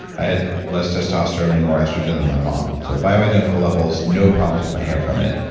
i had less testosterone and more estrogen than my mom so, bioidentical levels no problems with my hair from it,